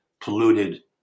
polluted